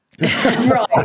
Right